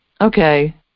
Okay